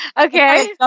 Okay